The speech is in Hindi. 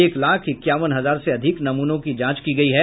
एक लाख इक्यावन हजार से अधिक नमूनों की जांच की गयी है